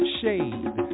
shade